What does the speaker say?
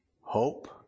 hope